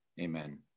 Amen